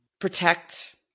protect